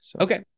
Okay